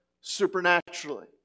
Supernaturally